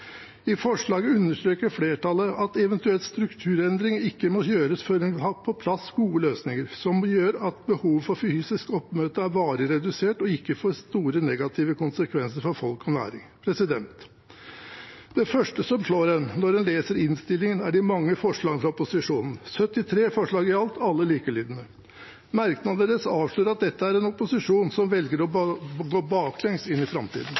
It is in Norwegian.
I forslaget understreker flertallet at en eventuell strukturendring ikke må gjøres før en har på plass gode løsninger som gjør at behovet for fysisk oppmøte er varig redusert og ikke får store negative konsekvenser for folk og næring. Det første som slår en når en leser innstillingen, er de mange forslagene fra opposisjonen: 73 forslag i alt – alle likelydende. Merknadene deres avslører at dette er en opposisjon som velger å gå baklengs inn i framtiden.